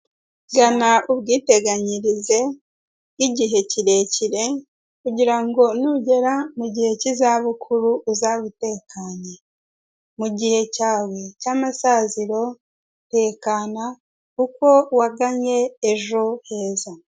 Jyana ubwiteganyirize, bw'igihe kirekire, kugira ngo nugera mu gihe k'izabukuru uzabe utekanye. Mu gihe cyawe cy'amasaziro tekana kuko waganye ejo heza.